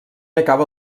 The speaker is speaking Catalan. acaba